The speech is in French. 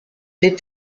les